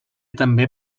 també